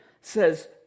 says